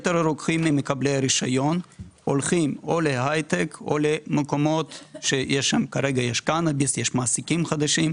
כאשר יתר הרוקחים הולכים או להייטק או למקומות שיש מעסיקים חדשים.